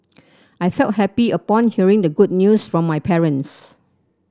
I felt happy upon hearing the good news from my parents